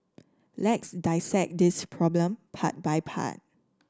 let's dissect this problem part by part